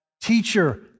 teacher